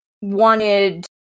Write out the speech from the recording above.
wanted